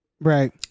Right